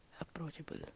approachable